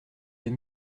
deux